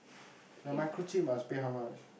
the microchip must pay how much